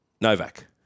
Novak